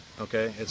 okay